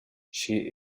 she